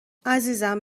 عزیزم